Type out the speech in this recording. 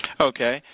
Okay